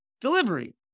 delivery